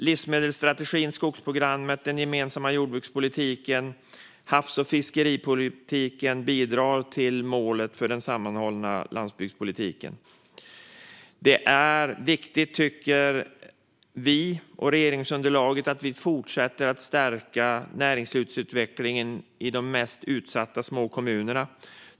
Livsmedelsstrategin, skogsprogrammet, den gemensamma jordbrukspolitiken och havs och fiskeripolitiken bidrar till målet för den sammanhållna landsbygdspolitiken. Det är viktigt, tycker vi och regeringsunderlaget, att vi fortsätter att stärka näringslivsutvecklingen i de mest utsatta små kommunerna.